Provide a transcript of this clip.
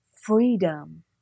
freedom